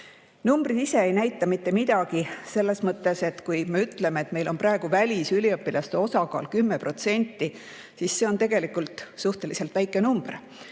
Numbrid ise ei näita mitte midagi selles mõttes, et kui me ütleme, et meil on praegu välisüliõpilaste osakaal 10%, siis see on tegelikult suhteliselt väike number.